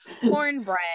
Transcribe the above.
Cornbread